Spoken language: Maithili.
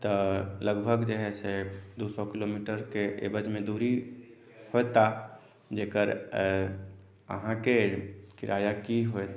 तऽ लगभग जे है से दू सए किलोमीटरके एवरेजमे दूरी होयताह जेकर अहाँकेँ किराया की होयत